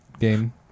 game